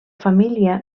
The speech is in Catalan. família